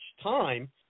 time